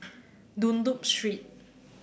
Dunlop Street